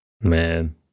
man